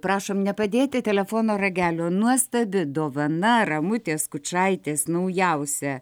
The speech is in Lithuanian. prašom nepadėti telefono ragelio nuostabi dovana ramutės skučaitės naujausia